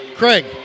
Craig